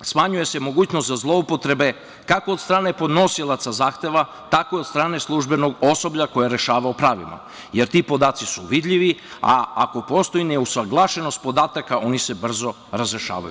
smanjuje se mogućnost za zloupotrebe kako od strane podnosilaca zahteva, tako od strane službenog osoblja koje je rešavao pravilno, jer ti podaci su vidljivi, a ako postoji neusaglašenost podataka oni se brzo razrešavaju.